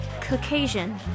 Caucasian